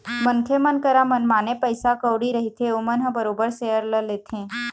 मनखे मन करा मनमाने पइसा कउड़ी रहिथे ओमन ह बरोबर सेयर ल लेथे